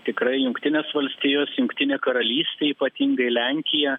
tikrai jungtinės valstijos jungtinė karalystė ypatingai lenkija